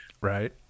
Right